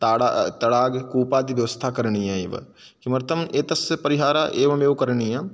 ताडा तडागकूपादिव्यवस्था करणीया एव किमर्थम् एतस्य परिहारः एवमेव करणीयः